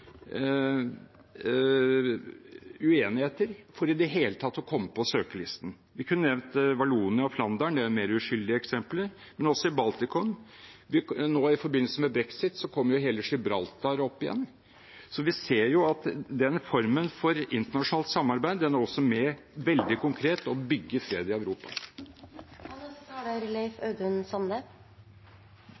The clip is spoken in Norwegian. uenigheter for i det hele tatt å komme på søkerlisten. Vi kunne nevnt Vallonia og Flandern – mer uskyldige eksempler – men også Baltikum. Nå, i forbindelse med brexit, kom hele Gibraltar opp igjen. Så vi ser at den formen for internasjonalt samarbeid er med – veldig konkret – og bygger fred i Europa.